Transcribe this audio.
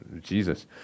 Jesus